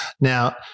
Now